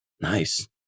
Nice